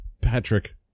Patrick